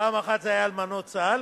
פעם אחת זה היה חוק אלמנות צה"ל,